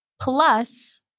plus